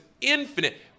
infinite